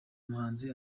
muhanzi